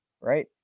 right